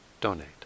donate